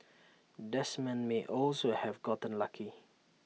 Desmond may also have gotten lucky